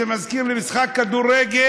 זה מזכיר לי משחק כדורגל.